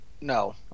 No